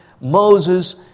Moses